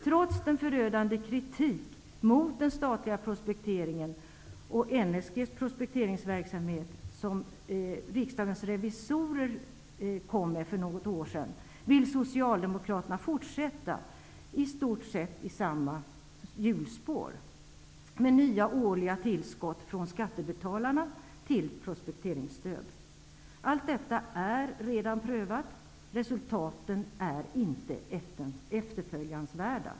Trots den förödande kritik mot den statliga prospekteringen och NSG:s prospekteringsverksamhet som riksdagens revisorer kom med för något år sedan vill Socialdemokraterna fortsätta i stort sett i samma gamla hjulspår, med nya årliga tillskott från skattebetalarna till prospekteringsstöd. Allt detta är redan prövat. Resultatet är inte efterföljansvärt.